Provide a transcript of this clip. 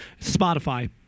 Spotify